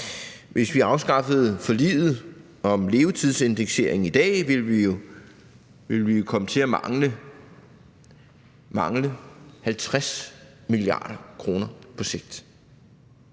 Hvis vi afskaffede forliget om levetidsindekseringen i dag, ville vi jo komme til at mangle 50 mia. kr. på sigt.